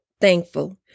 Thankful